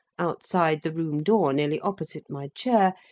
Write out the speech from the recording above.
outside the room door nearly opposite my chair,